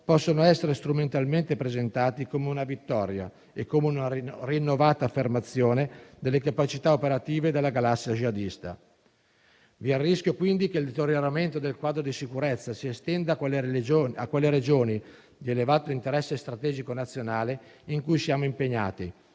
possono essere strumentalmente presentati come una vittoria e una rinnovata affermazione delle capacità operative della galassia jihadista. Vi è il rischio, quindi, che il deterioramento del quadro di sicurezza si estenda a quelle regioni di elevato interesse strategico nazionale in cui siamo impegnati,